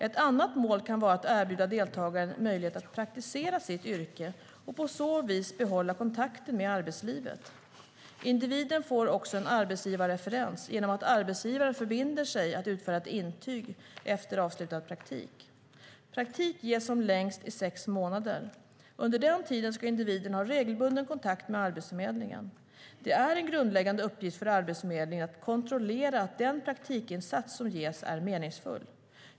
Ett annat mål kan vara att erbjuda deltagaren möjlighet att praktisera sitt yrke och på så vis behålla kontakten med arbetslivet. Individen får också en arbetsgivarreferens genom att arbetsgivaren förbinder sig att utfärda ett intyg efter avslutad praktik. Praktik ges som längst i sex månader. Under den tiden ska individen ha regelbunden kontakt med Arbetsförmedlingen. Det är en grundläggande uppgift för Arbetsförmedlingen att kontrollera att den praktikinsats som ges är meningsfull.